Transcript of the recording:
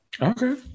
Okay